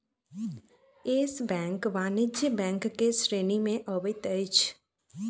yes Bank वाणिज्य bank के श्रेणी में अबैत अछि